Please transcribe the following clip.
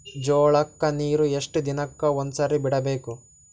ಜೋಳ ಕ್ಕನೀರು ಎಷ್ಟ್ ದಿನಕ್ಕ ಒಂದ್ಸರಿ ಬಿಡಬೇಕು?